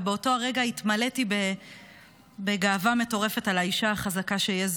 באותו הרגע התמלאתי בגאווה מטורפת על האישה החזקה שהיא.